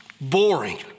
boring